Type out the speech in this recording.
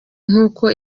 nkuko